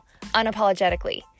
unapologetically